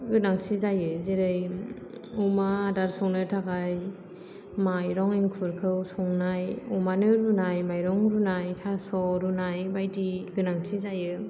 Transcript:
गोनांथि जायो जेरै अमा आदार संनो थाखाय माइरं इंखुरखौ संनाय अमानो रुनाय माइरं रुनाय थास' रुनाय बायदि गोनांथि जायो